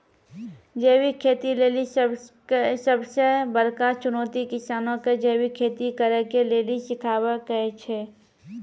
जैविक खेती लेली सबसे बड़का चुनौती किसानो के जैविक खेती करे के लेली सिखाबै के छै